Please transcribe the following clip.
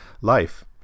life